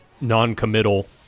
non-committal